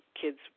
kids